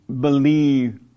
believe